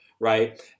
Right